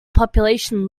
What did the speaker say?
population